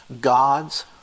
God's